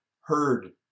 heard